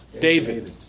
David